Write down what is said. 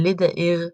יליד העיר פפורצהיים,